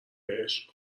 عشق